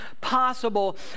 possible